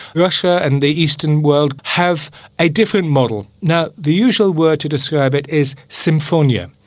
russia and the eastern world have a different model. now, the usual word to describe it is symphonia,